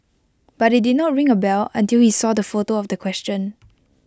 but IT did not ring A bell until he saw the photo of the question